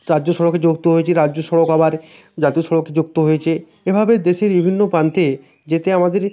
রাজ্য সড়কে যুক্ত হয়েছে রাজ্য সড়ক আবার জাতীয় সড়কে যুক্ত হয়েছে এভাবে দেশের বিভিন্ন প্রান্তে যেতে আমাদের